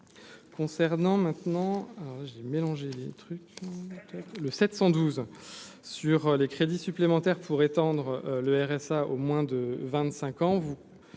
des trucs, le 712 sur les crédits supplémentaires pour étendre le RSA aux moins de 25 ans